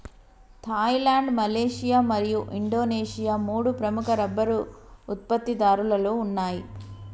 Thailand, Malaysia మరియు Indonesia మూడు ప్రముఖ రబ్బరు ఉత్పత్తిదారులలో ఉన్నాయి